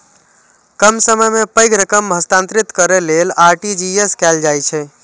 कम समय मे पैघ रकम हस्तांतरित करै लेल आर.टी.जी.एस कैल जाइ छै